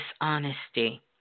dishonesty